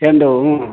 ಚೆಂಡು ಹೂವು